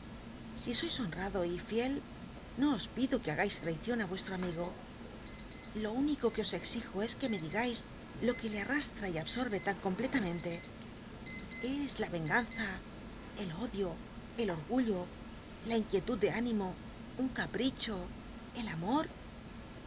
si sois honrado y fiel no os pido que haga is traicion nrestro am igo lo único que os exijo es que me digais lo que le mrastra y absorbe tan completamente cs la cnganza el odio el orgullo la inquietud de linimo un capricho el amor